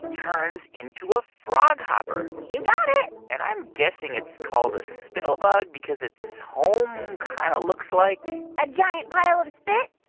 turns into a froghopper you got it and i'm guessing it's called a spittle bug because its home kind of looks like. a giant pile of spit?